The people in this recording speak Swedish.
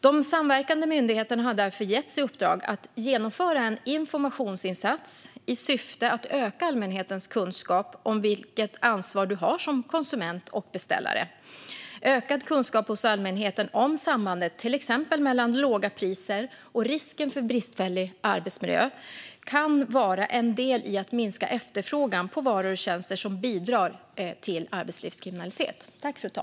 De samverkande myndigheterna har därför getts i uppdrag att genomföra en informationsinsats i syfte att öka allmänhetens kunskap om vilket ansvar vi har som konsumenter och beställare. Ökad kunskap hos allmänheten om sambandet mellan till exempel låga priser och risken för bristfällig arbetsmiljö kan vara en del i att minska efterfrågan på varor och tjänster som bidrar till arbetslivskriminalitet.